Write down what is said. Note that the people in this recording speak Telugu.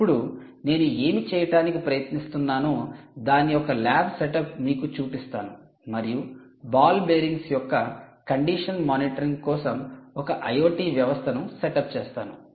ఇప్పుడు నేను ఏమి చేయటానికి ప్రయత్నిస్తున్నానో దాని యొక్క ల్యాబ్ సెటప్ మీకు చూపిస్తాను మరియు బాల్ బేరింగ్స్ యొక్క కండిషన్ మానిటరింగ్ కోసం ఒక IoT వ్యవస్థను సెటప్ చేస్తాను